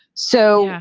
so,